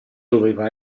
doveva